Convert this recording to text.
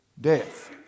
death